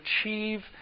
achieve